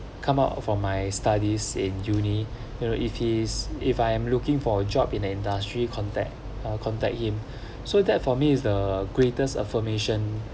come out from my studies in uni you know if it's if I am looking for a job in the industry contact uh contact him so that for me is the greatest affirmation